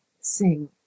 sing